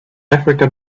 africa